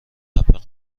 حبه